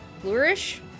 flourish